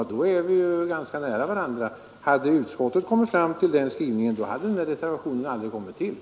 I så fall står vi ganska nära varandra. Hade utskottet kommit fram till den skrivningen, hade reservationen aldrig kommit till.